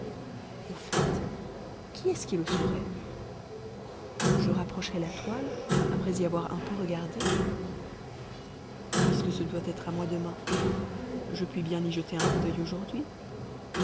au fait qui est-ce qui le saurait je rapprocherais la toile après y avoir un peu regardé puisque ce doit être à moi demain je puis bien y jeter un coup d'oeil aujourd'hui